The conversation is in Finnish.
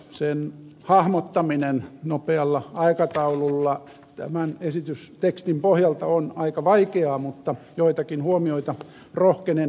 sen hahmottaminen nopealla aikataululla tämän esitystekstin pohjalta on aika vaikeaa mutta joitakin huomioita rohkenen esittää